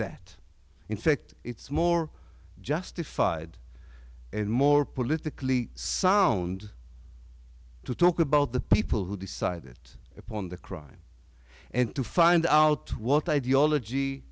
that in fact it's more justified and more politically sound to talk about the people who decide it upon the crime and to find out what ideology